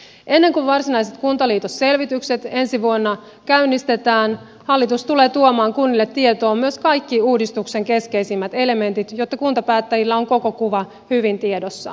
ennen kuin varsinaiset kuntaliitosselvitykset ensi vuonna käynnistetään hallitus tulee tuomaan kunnille tietoon myös kaikki uudistuksen keskeisimmät elementit jotta kuntapäättäjillä on koko kuva hyvin tiedossaan